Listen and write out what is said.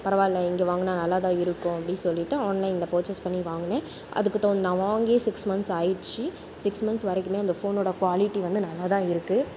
பரவாயில்ல இங்கே வாங்கினா நல்லா தான் இருக்கும் அப்படின்னு சொல்லிட்டு ஆன்லைன்லயே பர்ச்சேஸ் பண்ணி வாங்கினேன் அதுக்கு நான் வாங்கியே சிக்ஸ் மந்த் ஆயிடுச்சு சிக்ஸ் மன்த்ஸ் வரைக்குமே அந்த ஃபோனோடய க்வாலிட்டி வந்து நல்லா தான் இருக்குது